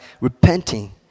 repenting